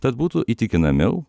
tad būtų įtikinamiau